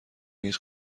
هیچ